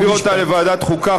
להעביר אותה לוועדת החוקה,